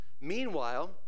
Meanwhile